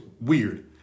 weird